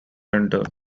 enter